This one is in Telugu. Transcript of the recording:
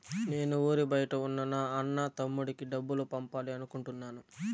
నేను ఊరి బయట ఉన్న నా అన్న, తమ్ముడికి డబ్బులు పంపాలి అనుకుంటున్నాను